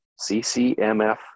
CCMF